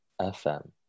FM